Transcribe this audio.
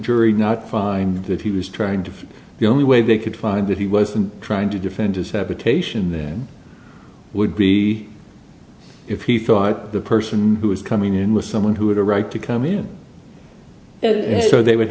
jury not find that he was trying to find the only way they could find that he wasn't trying to defend his habitation then would be if he thought the person who was coming in with someone who had a right to come in so they would